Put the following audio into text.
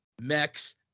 Mex